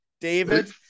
David